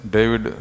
David